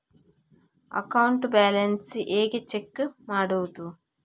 Account balance ಹೇಗೆ check ಮಾಡುವುದು?